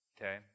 okay